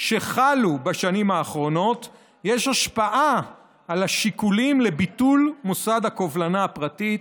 שחלו בשנים האחרונות יש השפעה על השיקולים לביטול מוסד הקובלנה הפרטית,